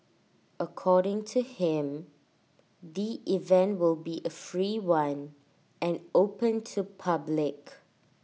according to him the event will be A free one and open to public